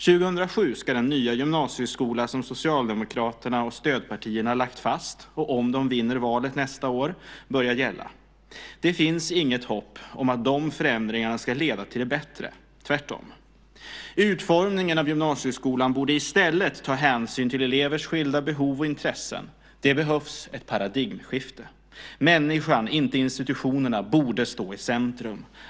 År 2007 ska den nya gymnasieskola som Socialdemokraterna och stödpartierna lagt fast - om de vinner valet nästa år - börja gälla. Det finns inget hopp om att de förändringarna ska leda till det bättre, tvärtom. Utformningen av gymnasieskolan borde i stället ta hänsyn till elevers skilda behov och intressen. Det behövs ett paradigmskifte. Människan, inte institutionerna, borde stå i centrum.